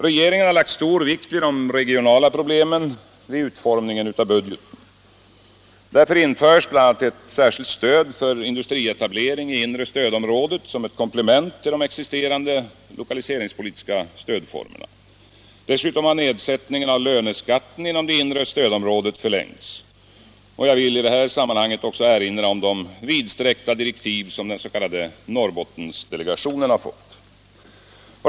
Regeringen har lagt stor vikt vid de regionala problemen vid utformningen av budgeten. Därför införs bl.a. ett särskilt stöd för industrietablering i inre stödområdet som komplement till de existerande lokalliseringspolitiska stödformerna. Dessutom har nedsättningen av löneskatten inom det inre stödområdet förlängts. Jag vill i detta sammanhang också erinra om de vidsträckta direktiv som den s.k. Norrbottendelegationen har fått.